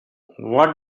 what